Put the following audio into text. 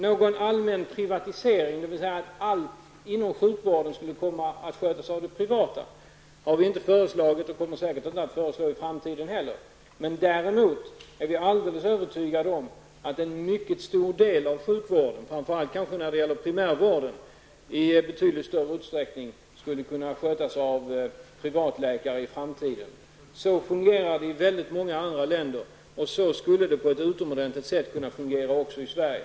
Någon allmän privatisering, dvs. att allt inom sjukvården skulle komma att skötas av det privata, har vi inte föreslagit och kommer vi säkert inte att föreslå i framtiden heller. Däremot är vi alldeles övertygade om att en mycket stor del av sjukvården, framför allt kanske när det gäller primärvården, i betydligt större utsträckning skulle kunna skötas av privatläkare i framtiden. Så fungerar det i väldigt många andra länder, och så skulle det på ett utomordentligt bra sätt kunna fungera också i Sverige.